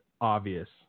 obvious